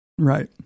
Right